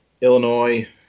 Illinois